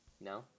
No